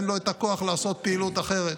אין לו את הכוח לעשות פעילות אחרת.